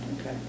Okay